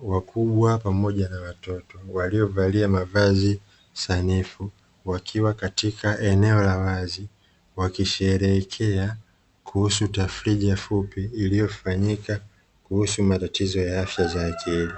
Wakubwa pamoja na watoto waliovalia mavazi sanifu wakiwa katika eneo la wazi wakisherehekea kuhusu tafrija fupi iliyofanyika kuhusu matatizo ya afya za akili.